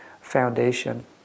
foundation